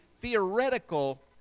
theoretical